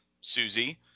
Susie